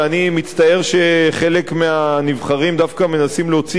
ואני מצטער שחלק מהנבחרים דווקא מנסים להוציא